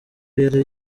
yari